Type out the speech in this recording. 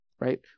right